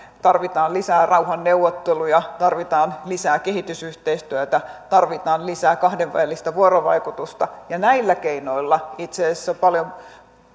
tarvitaan lisää rauhanneuvotteluja tarvitaan lisää kehitysyhteistyötä tarvitaan lisää kahdenvälistä vuorovaikutusta ja näillä keinoilla itse asiassa paljon